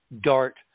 DART